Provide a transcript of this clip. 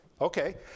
Okay